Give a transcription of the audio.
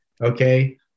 Okay